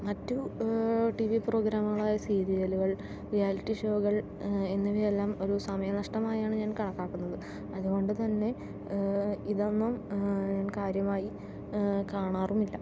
മറ്റു T V പ്രോഗ്രാമുകളായ സീരിയലുകൾ റിയാലിറ്റി ഷോകൾ എന്നിവയെല്ലാം ഒരു സമയ നഷ്ടമായാണ് ഞാൻ കണക്കാക്കുന്നത് അതുകൊണ്ടുത്തന്നെ ഇതൊന്നും ഞാൻ കാര്യമായി കാണാറുമില്ല